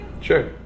Sure